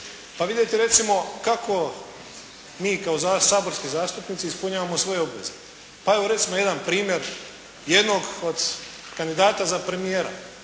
Pa vidite kako mi kao saborski zastupnici ispunjavamo svoje obveze. Pa recimo evo jedan primjer jednog od kandidata za premijera,